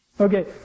Okay